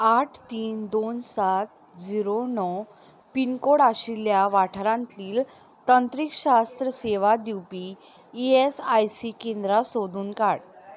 आठ तीन दोन सात झिरो णव पिनकोड आशिल्ल्या वाठारांतलींल तंत्रीक शास्त्र सेवा दिवपी ई एस आय सी केंद्रां सोदून काड